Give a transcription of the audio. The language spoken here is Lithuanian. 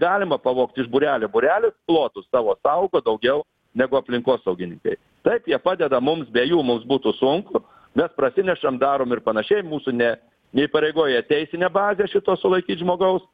galima pavogti iš būrelio būrelis plotus savo saugo daugiau negu aplinkosaugininkai taip jie padeda mums be jų mums būtų sunku mes prasinešam darom ir panašiai mūsų ne neįpareigoja teisinė bazė šito sulaikyt žmogaus